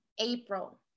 April